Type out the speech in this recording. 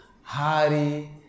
Hari